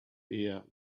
here